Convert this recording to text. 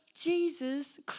Jesus